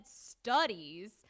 studies